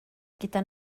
gyda